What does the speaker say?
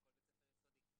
בכל בית ספר יסודי,